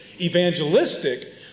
evangelistic